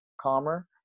calmer